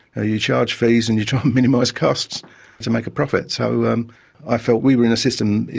ah you charge fees and you try and minimise costs to make a profit. so um i felt we were in a system,